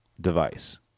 device